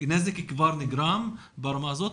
הנזק כבר נגרם ברמה הזאת,